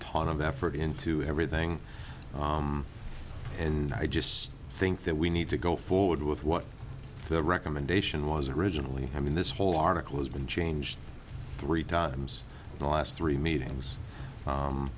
ton of effort into everything and i just think that we need to go forward with what the recommendation was originally i mean this whole article has been changed three times the last three meetings